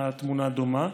התמונה דומה.